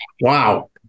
Wow